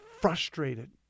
frustrated